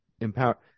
empower